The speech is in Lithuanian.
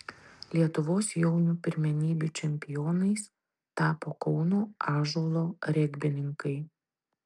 lietuvos jaunių pirmenybių čempionais tapo kauno ąžuolo regbininkai